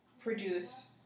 produce